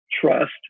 trust